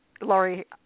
Laurie